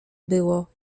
było